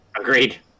Agreed